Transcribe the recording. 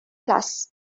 plus